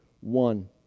one